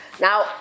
Now